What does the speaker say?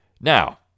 Now